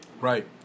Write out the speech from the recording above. Right